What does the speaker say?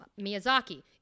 Miyazaki